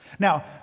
Now